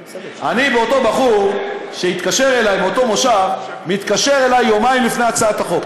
אותו בחור שהתקשר אלי מאותו מושב מתקשר אלי יומיים לפני הבאת הצעת החוק.